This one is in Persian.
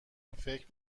فکر